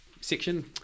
section